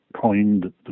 coined